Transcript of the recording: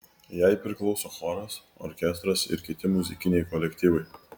jai priklausė choras orkestras ir kiti muzikiniai kolektyvai